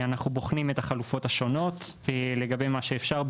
אנחנו בוחנים את החלופות השונות לגבי מה שאפשר.